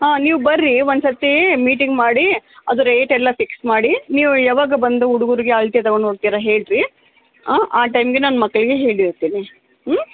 ಹಾಂ ನೀವು ಬರ್ರಿ ಒಂದು ಸರತಿ ಮೀಟಿಂಗ್ ಮಾಡಿ ಅದು ರೇಟ್ ಎಲ್ಲ ಫಿಕ್ಸ್ ಮಾಡಿ ನೀವು ಯಾವಾಗ ಬಂದು ಹುಡುಗುರಿಗೆ ಅಳತೆ ತಗೊಂಡು ಹೋಗ್ತಿರ ಹೇಳಿರಿ ಹಾಂ ಆ ಟೈಮಿಗೆ ನಾನು ಮಕ್ಕಳಿಗೆ ಹೇಳಿ ಇರ್ತೀನಿ ಹ್ಞೂ